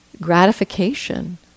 gratification